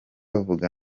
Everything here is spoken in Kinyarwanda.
vuga